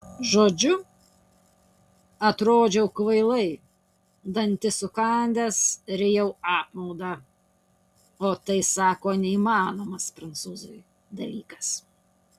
žodžiu atrodžiau kvailai dantis sukandęs rijau apmaudą o tai sako neįmanomas prancūzui dalykas